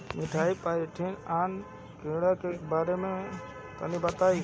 Methyl parathion कीटनाशक के बारे में तनि बताई?